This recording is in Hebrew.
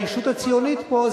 ועוד ביטויים על הישות הציונית פה,